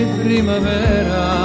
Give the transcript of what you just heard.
primavera